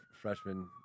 freshman